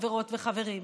חברות וחברים.